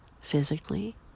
physically